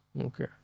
Okay